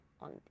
on